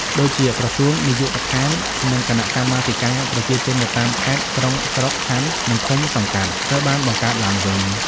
ដូចជា ក្រសួង នាយកដ្ឋាន និងគណៈកម្មាធិការប្រជាជននៅតាមខេត្ត-ក្រុង ស្រុក-ខណ្ឌ និងឃុំ-សង្កាត់ ត្រូវបានបង្កើតឡើងវិញ។